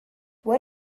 what